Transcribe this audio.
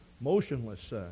motionless